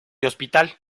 hospital